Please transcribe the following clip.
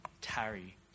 tarry